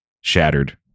shattered